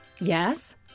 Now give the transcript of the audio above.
Yes